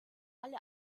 alle